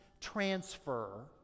transfer